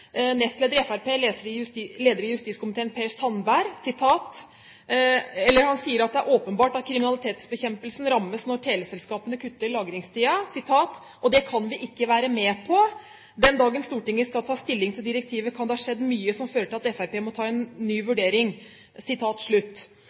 nestleder i Fremskrittspartiet, leder i justiskomiteen, Per Sandberg, som sier at det er åpenbart at kriminalitetsbekjempelsen rammes når teleselskapene kutter lagringstiden. Jeg siterer: «Og det kan vi ikke være med på. Den dagen Stortinget skal ta stilling til direktivet kan det ha skjedd mye som fører til at Frp må ta en ny